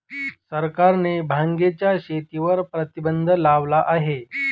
सरकारने भांगेच्या शेतीवर प्रतिबंध लावला आहे